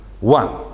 One